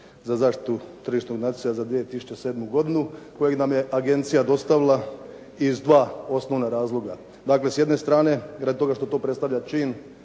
za zaštitu tržišnog natjecanja za 2007. godinu kojeg nam je agencija dostavila iz dva osnovna razloga. Dakle s jedne strane radi toga što to predstavlja čin